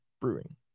Brewing